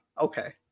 okay